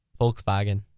Volkswagen